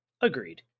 Agreed